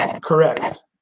Correct